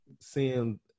seeing